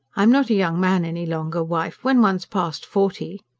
i'm not a young man any longer, wife. when one's past forty.